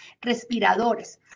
respiradores